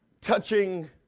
touching